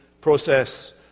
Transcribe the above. process